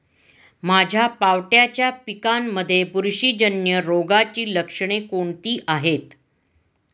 माझ्या पावट्याच्या पिकांमध्ये बुरशीजन्य रोगाची लक्षणे कोणती आहेत?